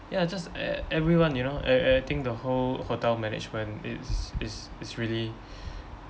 ya just e~ everyone you know I I think the whole hotel management is is is really